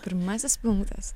pirmasis punktas